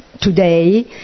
today